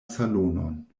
salonon